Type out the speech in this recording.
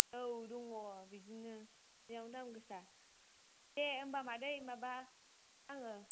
औ दङ बिदिनो बेयाव दाम गोसा दे होमब्ला मादै माबा आङो